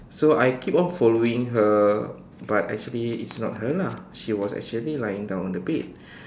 so I keep on following her but actually it's not her lah she was actually lying down on the bed